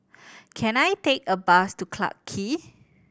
can I take a bus to Clarke Quay